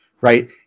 right